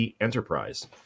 enterprise